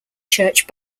church